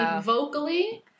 vocally